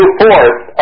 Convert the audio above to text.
forth